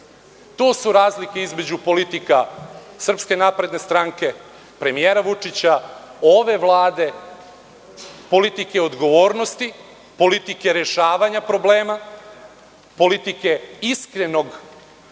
To su razlike između politika SNS, premijera Vučića, ove Vlade, politike odgovornosti, politike rešavanja problema, politike iskrenog